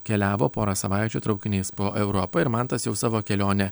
keliavo porą savaičių traukiniais po europą ir mantas jau savo kelionę